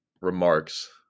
remarks